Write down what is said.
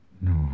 No